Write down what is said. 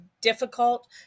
difficult